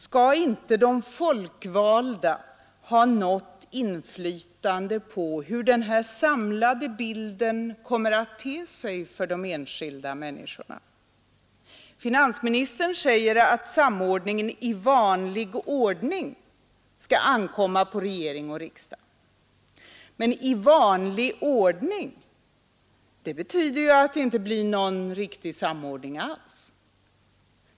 Skall inte de folkvalda ha något inflytande på hur denna samlade bild kommer att te sig för de enskilda människorna? Finansministern säger att samordningen i vanlig ordning skall ankomma på regering och riksdag. Men ”i vanlig ordning” betyder ju att det inte blir någon riktig samordning alls.